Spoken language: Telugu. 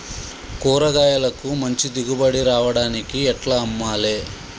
కూరగాయలకు మంచి దిగుబడి రావడానికి ఎట్ల అమ్మాలే?